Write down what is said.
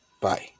Bye